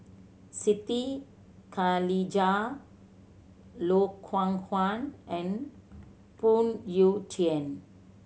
Siti Khalijah Loh Hoong Kwan and Phoon Yew Tien